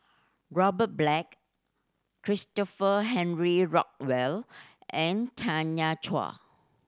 Robert Black Christopher Henry Rothwell and Tanya Chua